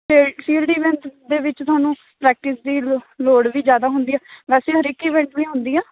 ਅਤੇ field events ਦੇ ਵਿੱਚ ਤੁਹਾਨੂੰ ਪ੍ਰੈਕਟਿਸ ਦੀ ਲ ਲੋੜ ਵੀ ਜ਼ਿਆਦਾ ਹੁੰਦੀ ਆ ਵੈਸੇ ਹਰ ਇੱਕ ਈਵੈਂਟ ਲਈ ਹੁੰਦੀ ਆ